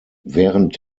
während